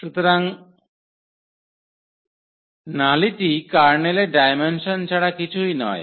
সুতরাং নালিটি কার্নেলের ডায়মেনসন ছাড়া কিছুই নয়